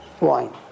wine